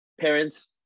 Parents